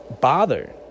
bother